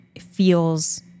feels